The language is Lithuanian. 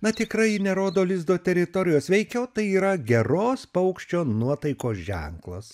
na tikrai ji nerodo lizdo teritorijos veikiau tai yra geros paukščio nuotaikos ženklas